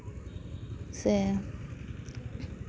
ᱥᱮ